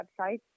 website